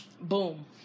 Boom